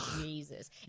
Jesus